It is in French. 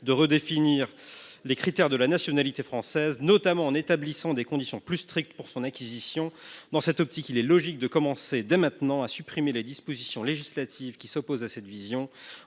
de redéfinir les critères de la nationalité française, notamment en fixant des conditions plus strictes pour son acquisition. Dans cette optique, il est logique de commencer dès à présent à supprimer les dispositions législatives qui s’opposent à cette vision